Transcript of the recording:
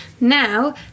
now